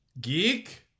geek